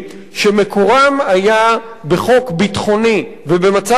שמקורן היה בחוק ביטחוני ובמצב ביטחוני